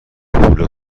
پول